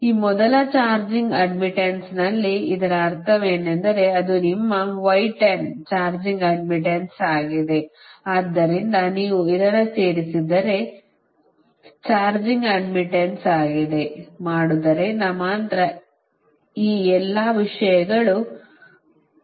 ಈ ಮೊದಲ charging admittance ನಲ್ಲಿ ಇದರ ಅರ್ಥವೇನೆಂದರೆ ಅದು ನಿಮ್ಮ ಚಾರ್ಜಿಂಗ್ ಅಡ್ಡ್ಮಿಟ್ಟನ್ಸ್ ಆಗಿದೆ ಆದ್ದರಿಂದ ನೀವು ಇದನ್ನು ಸೇರಿಸಿದರೆ ಚಾರ್ಜಿಂಗ್ ಅಡ್ಡ್ಮಿಟ್ಟನ್ಸ್ ಆಗಿದೆ ಮಾಡುವುದರಿಂದ ಮಾತ್ರ ಈ ಎಲ್ಲಾ ವಿಷಯಗಳು ರದ್ದಾಗುತ್ತವೆ